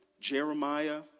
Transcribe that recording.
Jeremiah